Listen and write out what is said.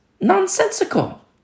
nonsensical